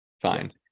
Fine